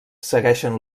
segueixen